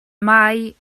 mae